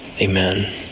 amen